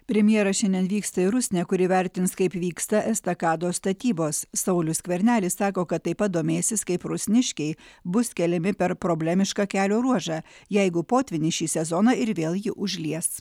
premjeras šiandien vyksta į rusnę kur įvertins kaip vyksta estakados statybos saulius skvernelis sako kad taip pat domėsis kaip rusniškiai bus keliami per problemišką kelio ruožą jeigu potvynis šį sezoną ir vėl jį užlies